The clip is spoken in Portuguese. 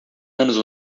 anos